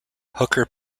hooker